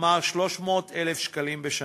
כלומר 300,000 שקלים בשנה.